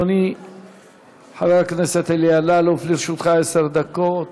אדוני חבר הכנסת אלי אלאלוף, לרשותך עשר דקות.